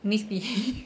miss behaved